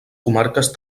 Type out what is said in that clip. comarques